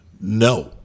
no